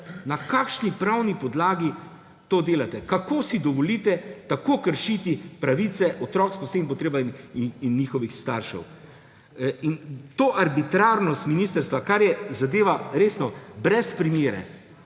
Na kakšni pravni podlagi to delate? Kako si dovolite tako kršiti pravice otrok s posebnimi potrebami in njihovih staršev? In to arbitrarnost ministrstva, kar je zadeva, resno, brez primere.